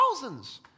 thousands